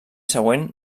següent